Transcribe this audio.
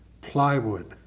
plywood